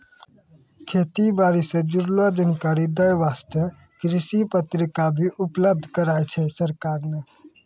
खेती बारी सॅ जुड़लो जानकारी दै वास्तॅ कृषि पत्रिका भी उपलब्ध कराय छै सरकार नॅ